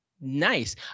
Nice